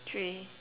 three